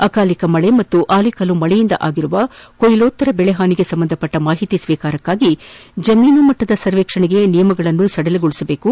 ಅಕಾಲಿಕ ಮಳೆ ಮತ್ತು ಆಲಿಕಲ್ಲು ಮಳೆಯಿಂದ ಆಗಿರುವ ಕೊಯ್ಲೋತ್ತರ ಬೆಳೆ ಹಾನಿಗೆ ಸಂಬಂಧಿಸಿದ ಮಾಹಿತಿ ಸ್ವೀಕಾರಕ್ಕಾಗಿ ಜಮೀನು ಮಟ್ಟದ ಸರ್ವೇಕ್ಷಣೆಗೆ ನಿಯಮಗಳನ್ನು ಸಡಿಲಗೊಳಿಸಬೇಕು